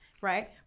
right